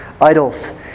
idols